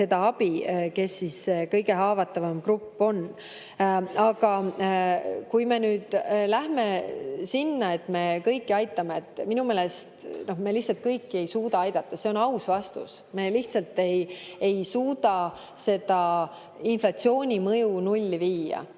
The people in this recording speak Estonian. inimesed, kes on kõige haavatavam grupp, saaksid seda abi. Aga kui me nüüd läheme sinna, et me kõiki aitame, siis minu meelest me lihtsalt kõiki ei suuda aidata. See on aus vastus. Me lihtsalt ei suuda inflatsiooni mõju nulli viia.